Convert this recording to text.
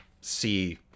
see